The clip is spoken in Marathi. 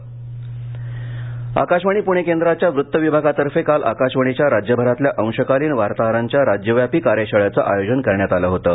कार्यशाळा आकाशवाणी पुणे केंद्राच्या वृत्त विभागांतर्फे काल आकाशवाणीच्या राज्यभरातल्या अंशकालीन वार्ताहरांच्या राज्यव्यापी कार्यशाळेचं आयोजन करण्यात आलं होतं